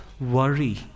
worry